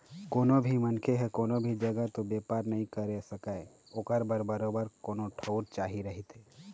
कोनो भी मनखे ह कोनो भी जघा तो बेपार करे नइ सकय ओखर बर बरोबर कोनो ठउर चाही रहिथे